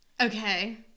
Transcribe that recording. okay